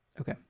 Okay